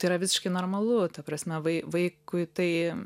tai yra visiškai normalu ta prasme vai vaikui tai